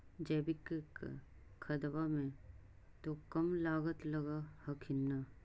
जैकिक खदबा मे तो कम लागत लग हखिन न?